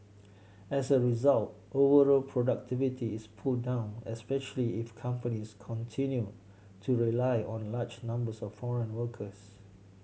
as a result overall productivity is pulled down especially if companies continue to rely on large numbers of foreign workers